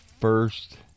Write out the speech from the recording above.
first